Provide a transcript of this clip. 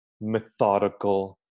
methodical